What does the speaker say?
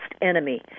enemy